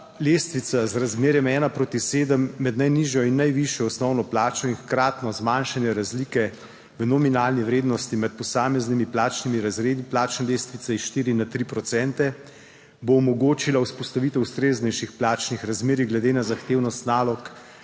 lestvica z razmerjem ena proti sedem med najnižjo in najvišjo osnovno plačo in hkratno zmanjšanje razlike v nominalni vrednosti med posameznimi plačnimi razredi plačne lestvice s 4 na 3 procente, bo omogočila vzpostavitev ustreznejših plačnih razmerij, glede na zahtevnost nalog